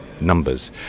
numbers